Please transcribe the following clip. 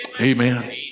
Amen